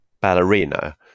ballerina